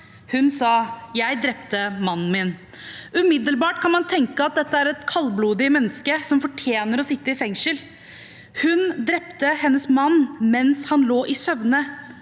Hun sa: Jeg drepte mannen min. Umiddelbart kan man tenke at dette er et kaldblodig menneske som fortjener å sitte i fengsel. Hun drepte sin mann mens han lå og sov,